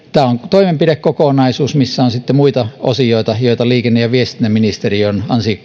toimenpidekokonaisuus missä on sitten muita osioita joita liikenne ja viestintäministeriö on ansiokkaasti valmistellut